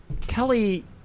Kelly